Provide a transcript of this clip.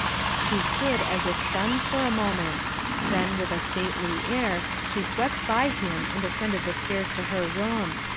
she stood as if stunned for a moment then with a stately air, she swept by him and ascended the stairs to her room.